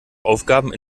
aufgaben